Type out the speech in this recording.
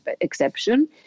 exception